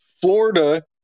Florida